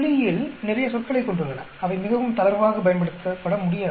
புள்ளியியல் நிறைய சொற்களைக் கொண்டுள்ளன அவை மிகவும் தளர்வாக பயன்படுத்தப்பட முடியாது